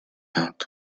out